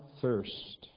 thirst